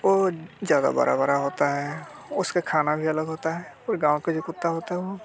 वो ज़्यादा बड़े बड़े होते हैं उसके खाने भी अलग होते हैं और गाँव के जो कुत्ते होते हैं वो